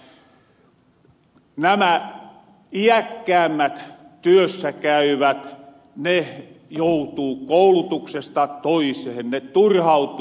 yrittiaho kertoi että nämä iäkkäämmät joutuu koulutuksesta toisehen ne turhautuu